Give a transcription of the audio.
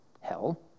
hell